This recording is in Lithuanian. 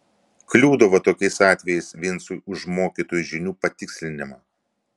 kliūdavo tokiais atvejais vincui už mokytojų žinių patikslinimą